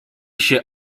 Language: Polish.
się